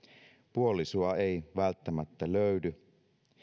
puolisoa ei välttämättä löydy